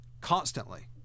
constantly